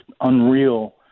unreal